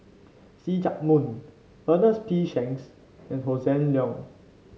See Chak Mun Ernest P Shanks and Hossan Leong